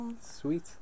Sweet